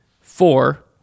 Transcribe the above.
four